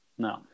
No